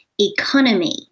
economy